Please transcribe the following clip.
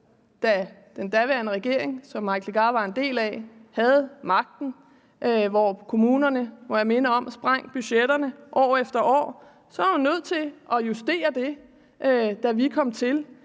da den daværende regering, som hr. Mike Legarth var en del af, havde magten, hvor kommunerne, må jeg minde om, sprængte budgetterne år efter år. Så var vi nødt til at justere det, da vi kom til.